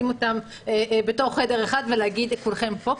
אותם בתוך חדר אחד ולהגיד: כולכם פה.